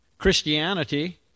Christianity